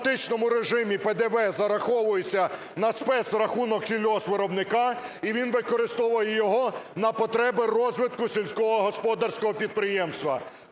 в автоматичному режимі ПДВ зараховується на спецрахунок сільгоспвиробника і він використовує його на потреби розвитку сільськогосподарського підприємства.